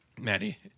Maddie